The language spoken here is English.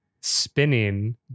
spinning